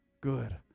Good